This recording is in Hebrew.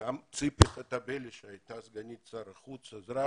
ציפי חוטובלי שהייתה סגנית שר החוץ עזרה